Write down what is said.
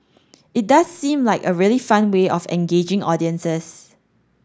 it does seem like a really fun way of engaging audiences